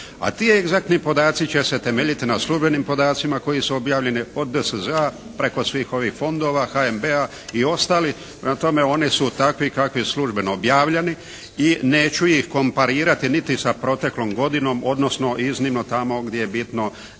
a ti egzaktni podaci će se temeljiti na službenim podacima koji su objavljeni od DSZ-a preko svih ovih fondova, HNB-a i ostalih, prema tome oni su takvi kakvi su službeno objavljeni i neću ih komparirati niti sa proteklom godinom, odnosno iznimno tamo gdje je bitno